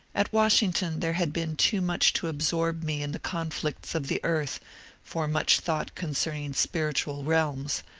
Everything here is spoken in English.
at washington there had been too much to absorb me in the conflicts of the earth for much thought concerning spir itual realms,